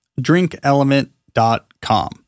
drinkelement.com